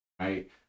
right